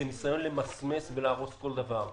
זה ניסיון למסמס ולהרוס כל דבר.